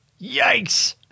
Yikes